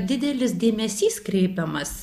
didelis dėmesys kreipiamas